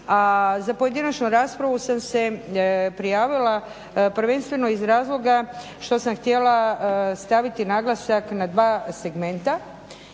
za pojedinačnu raspravu sam se prijavila prvenstveno iz razloga što sam htjela staviti naglasak na dva segmenta.